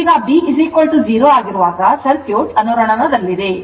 ಈಗ B 0 ಆಗಿರುವಾಗ circuit ಅನುರಣನದಲ್ಲಿದೆ